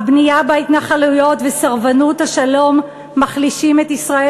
הבנייה בהתנחלויות וסרבנות השלום מחלישים את ישראל,